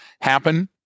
happen